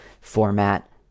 format